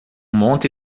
monte